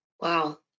Wow